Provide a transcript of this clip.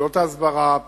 פעולות ההסברה,